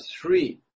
three